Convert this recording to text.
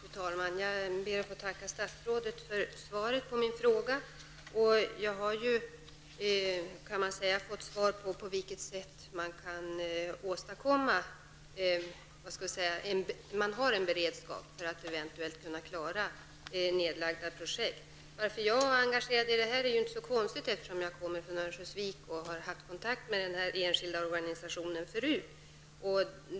Fru talman! Jag ber att få tacka statsrådet för svaret på min fråga. Jag har fått svar på hur man har beredskap för att klara eventuellt nedläggningshotade projekt. Att jag är engagerad i denna fråga är inte så konstigt. Jag kommer från Örnsköldsvik och har haft kontakt med denna enskilda organisation förut.